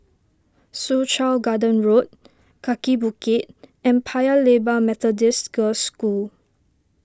Soo Chow Garden Road Kaki Bukit and Paya Lebar Methodist Girls' School